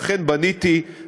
לכן בניתי,